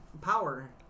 Power